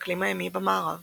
והאקלים הימי במערב